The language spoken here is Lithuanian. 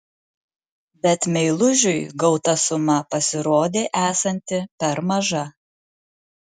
bet meilužiui gauta suma pasirodė esanti per maža